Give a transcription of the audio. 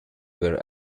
were